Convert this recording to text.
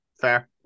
Fair